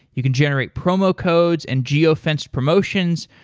you can generate promo codes and geo-fence promotions.